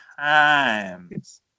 Times